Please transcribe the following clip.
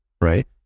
right